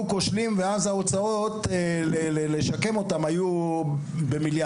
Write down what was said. כושלים ואז ההוצאות לשקם אותם היו במיליארדים.